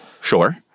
sure